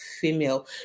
female